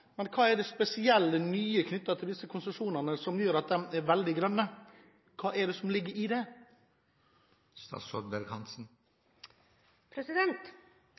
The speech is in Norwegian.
Men hva er det spesielle, nye knyttet til disse konsesjonene som gjør at de er så veldig grønne? Hva ligger i det? Jeg er i